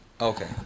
Okay